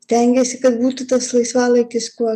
stengiuosi kad būtų tas laisvalaikis kuo